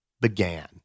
began